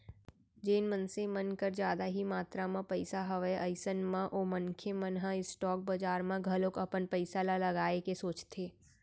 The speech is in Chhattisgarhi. जेन मनसे मन कर जादा ही मातरा म पइसा हवय अइसन म ओ मनखे मन ह स्टॉक बजार म घलोक अपन पइसा ल लगाए के सोचथे